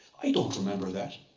i don't remember that.